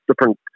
different